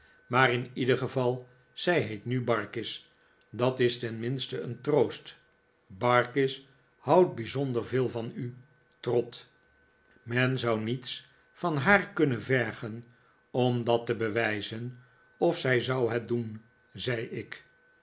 maar in ieder geval zij heet nu barkis dat is tenminste een troost barkis houdt bijzonder veel van u trot men zou niets van haar kunnen vergen om dat te bewijzen of zij zou het doen zei ik